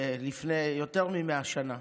לפני יותר מ-100 שנה.